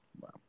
Wow